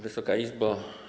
Wysoka Izbo!